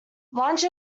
lunch